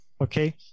okay